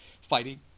fighting